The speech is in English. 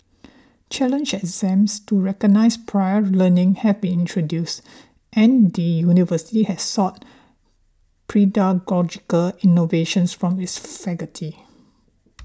challenge exams to recognise prior learning have been introduced and the university has sought pedagogical innovations from its faculty